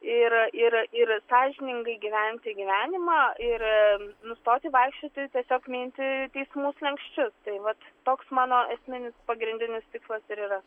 ir ir ir sąžiningai gyventi gyvenimą ir nustoti vaikščioti tiesiog minti teismų slenksčius tai vat toks mano esminis pagrindinis tikslas ir yra